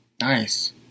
nice